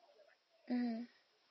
mmhmm